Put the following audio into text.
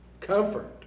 Comfort